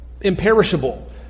imperishable